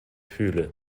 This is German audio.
fühle